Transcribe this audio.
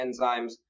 enzymes